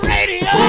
Radio